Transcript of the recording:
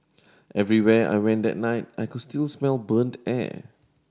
everywhere I went that night I could still smell burnt air